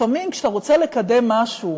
לפעמים כשאתה רוצה לקדם משהו